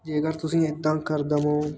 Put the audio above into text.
ਜੇਕਰ ਤੁਸੀਂ ਇੱਦਾਂ ਕਰ ਦੇਵੋ